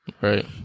Right